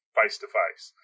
face-to-face